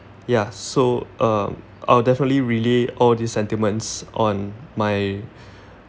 ya so um I'll definitely relay all these sentiments on my